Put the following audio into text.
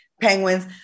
penguins